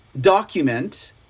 document